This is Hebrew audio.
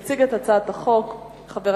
קריאה